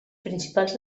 principals